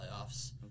playoffs